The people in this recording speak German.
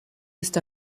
ist